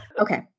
Okay